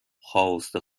خواست